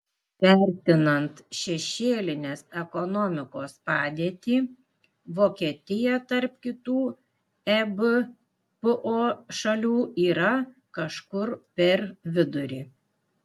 vertinant šešėlinės ekonomikos padėtį vokietija tarp kitų ebpo šalių yra kažkur per vidurį